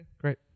Great